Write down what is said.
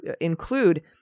include